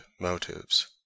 motives